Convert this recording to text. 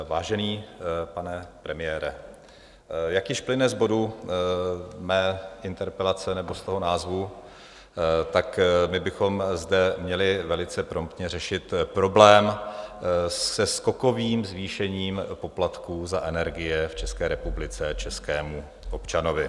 Vážený pane premiére, jak již plyne z bodu mé interpelace nebo z toho názvu, tak bychom měli velice promptně řešit problém se skokovým zvýšením poplatků za energie v České republice českému občanovi.